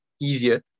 easier